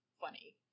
funny